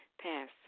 Pass